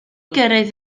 gyrraedd